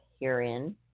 herein